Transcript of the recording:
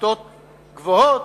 בכיתות גבוהות,